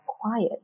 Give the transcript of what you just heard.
quiet